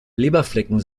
leberflecken